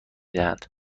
دهند